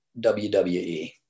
wwe